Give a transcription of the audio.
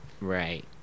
Right